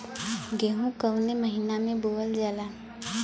गेहूँ कवने महीना में बोवल जाला?